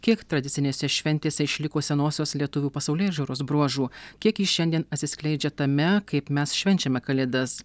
kiek tradicinėse šventėse išliko senosios lietuvių pasaulėžiūros bruožų kiek ji šiandien atsiskleidžia tame kaip mes švenčiame kalėdas